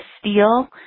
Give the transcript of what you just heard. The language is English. steel